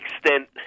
extent